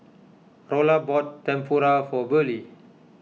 Rolla bought Tempura for Burley